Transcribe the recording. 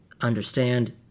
understand